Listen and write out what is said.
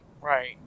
Right